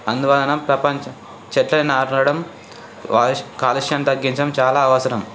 అందువలన ప్రపంచం చెట్లని నాటడం వాయు కాలుష్యం తగ్గించడం చాలా అవసరం